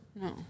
No